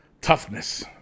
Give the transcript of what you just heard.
Toughness